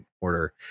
Order